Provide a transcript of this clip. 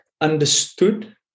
understood